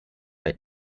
bei